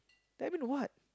that mean what